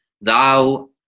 Thou